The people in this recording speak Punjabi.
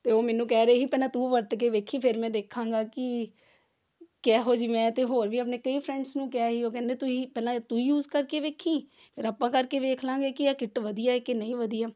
ਅਤੇ ਉਹ ਮੈਨੂੰ ਕਹਿ ਰਹੇ ਸੀ ਪਹਿਲਾਂ ਤੂੰ ਵਰਤ ਕੇ ਦੇਖੀ ਫਿਰ ਮੈਂ ਦੇਖਾਂਗਾ ਕਿ ਕਿਹੋ ਜਿਹੀ ਮੈਂ ਤਾਂ ਹੋਰ ਵੀ ਆਪਣੇ ਕਈ ਫਰੈਂਡਸ ਨੂੰ ਕਿਹਾ ਸੀ ਉਹ ਕਹਿੰਦੇ ਤੁਸੀਂ ਪਹਿਲਾਂ ਤੂੰ ਯੂਜ ਕਰਕੇ ਦੇਖੀ ਫਿਰ ਆਪਾਂ ਕਰਕੇ ਦੇਖ ਲਾਂਗੇ ਕਿ ਇਹ ਕਿੱਟ ਵਧੀਆ ਹੈ ਕਿ ਨਹੀਂ ਵਧੀਆ